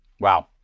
Wow